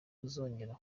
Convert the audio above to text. uzongera